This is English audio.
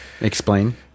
Explain